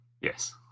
Yes